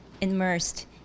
immersed